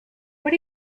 what